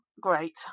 great